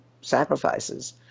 sacrifices